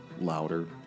louder